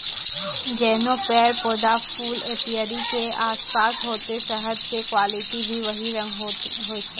जैहनो पेड़, पौधा, फूल एपीयरी के आसपास होतै शहद के क्वालिटी भी वही रंग होय छै